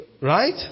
Right